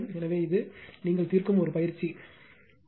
எனவே இது நீங்கள் தீர்க்கும் ஒரு பயிற்சி இது